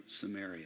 Samaria